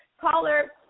Caller